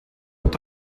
het